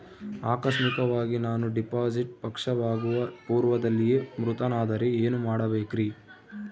ಆಕಸ್ಮಿಕವಾಗಿ ನಾನು ಡಿಪಾಸಿಟ್ ಪಕ್ವವಾಗುವ ಪೂರ್ವದಲ್ಲಿಯೇ ಮೃತನಾದರೆ ಏನು ಮಾಡಬೇಕ್ರಿ?